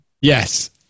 Yes